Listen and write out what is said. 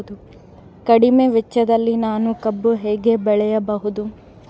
ಕಡಿಮೆ ವೆಚ್ಚದಲ್ಲಿ ನಾನು ಕಬ್ಬು ಹೇಗೆ ಬೆಳೆಯಬಹುದು?